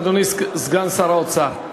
אדוני סגן שר האוצר,